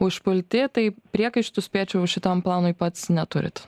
užpulti tai priekaištų spėčiau šitam planui pats neturit